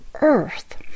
Earth